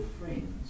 friends